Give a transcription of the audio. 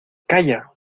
calla